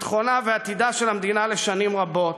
ביטחונה ועתידה של המדינה לשנים רבות